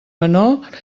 menor